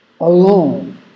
alone